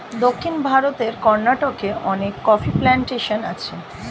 দক্ষিণ ভারতের কর্ণাটকে অনেক কফি প্ল্যান্টেশন আছে